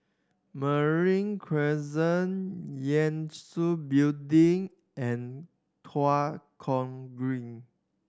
Marine Crescent Yangtze Building and Tua Kong Green